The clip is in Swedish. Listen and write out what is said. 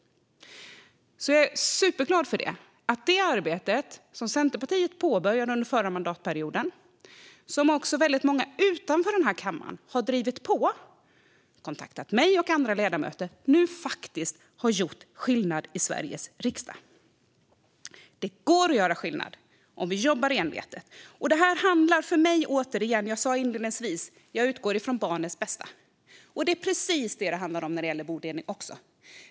Jag är alltså superglad att det arbete som Centerpartiet påbörjade under förra mandatperioden, och som väldigt många utanför den här kammaren har drivit på genom att kontakta mig och andra ledamöter, nu faktiskt har gjort skillnad i Sveriges riksdag. Det går att göra skillnad om vi jobbar envetet. Jag sa inledningsvis att jag utgår från barnens bästa, och det är precis detta det handlar om när det gäller bodelning också.